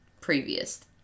previous